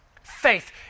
faith